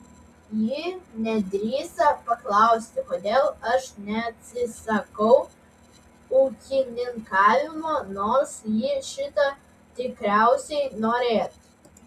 ji nedrįsta paklausti kodėl aš neatsisakau ūkininkavimo nors ji šito tikriausiai norėtų